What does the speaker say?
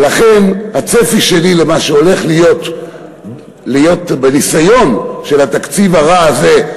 ולכן הצפי שלי למה שהולך להיות בניסיון של התקציב הרע הזה,